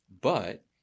But-